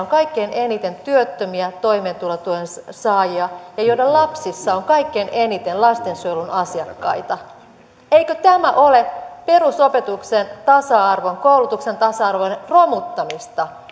on kaikkein eniten työttömiä toimeentulotuen saajia ja joiden lapsissa on kaikkein eniten lastensuojelun asiakkaita eikö tämä ole perusopetuksen tasa arvon koulutuksen tasa arvon romuttamista